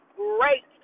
great